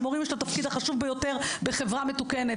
יש את התפקיד החשוב ביותר בחברה מתוקנת.